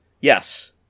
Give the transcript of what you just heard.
Yes